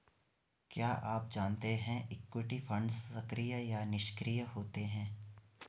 क्या आप जानते है इक्विटी फंड्स सक्रिय या निष्क्रिय होते हैं?